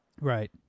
Right